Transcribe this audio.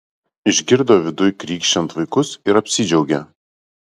išgirdo viduj krykščiant vaikus ir apsidžiaugė